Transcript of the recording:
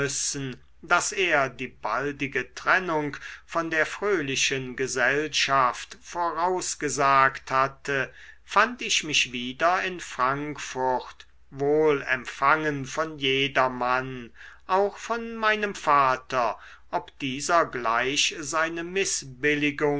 daß er die baldige trennung von der fröhlichen gesellschaft vorausgesagt hatte fand ich mich wieder in frankfurt wohl empfangen von jedermann auch von meinem vater ob dieser gleich seine